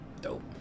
Dope